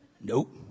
Nope